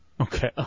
Okay